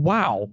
Wow